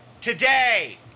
today